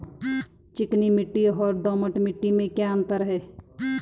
चिकनी मिट्टी और दोमट मिट्टी में क्या क्या अंतर है?